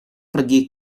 pergi